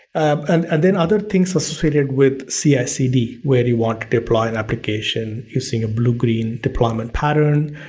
and and then other things associated with cicd where you want to deploy an application using a blue-green deployment pattern.